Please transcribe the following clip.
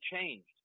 changed